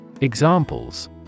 Examples